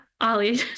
Ollie